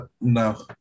No